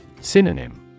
Synonym